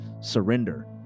surrender